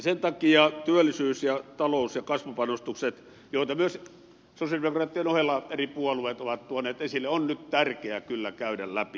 sen takia työllisyys ja talous ja kasvupanostukset joita myös sosialidemokraattien ohella eri puolueet ovat tuoneet esille on nyt tärkeä kyllä käydä läpi